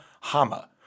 Hama